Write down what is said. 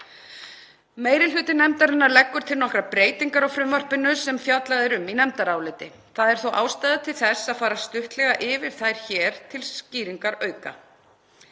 Meiri hluti nefndarinnar leggur til nokkrar breytingar á frumvarpinu sem fjallað er um í nefndaráliti. Það er þó ástæða til þess að fara stuttlega yfir þær hér til skýringarauka.